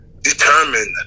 determined